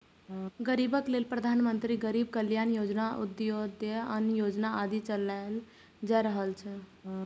गरीबक लेल प्रधानमंत्री गरीब कल्याण योजना, अंत्योदय अन्न योजना आदि चलाएल जा रहल छै